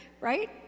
Right